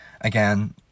again